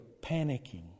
panicking